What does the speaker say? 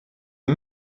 are